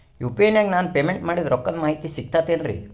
UPI ನಾಗ ನಾನು payment ಮಾಡಿದ ರೊಕ್ಕದ ಮಾಹಿತಿ ಸಿಕ್ತಾತೇನ್ರೀ?